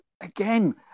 again